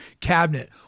cabinet